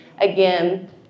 again